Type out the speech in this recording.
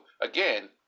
again